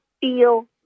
feel